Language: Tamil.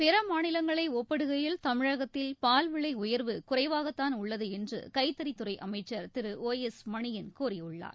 பிற மாநிலங்களை ஒப்பிடுகையில் தமிழகத்தில் பால் விலை உயர்வு குறைவாகத்தான் உள்ளது என்று கைத்தறித்துறை அமைச்சர் திரு ஓ எஸ் மணியன் கூறியுள்ளார்